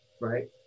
right